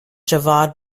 javad